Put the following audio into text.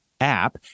app